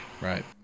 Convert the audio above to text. Right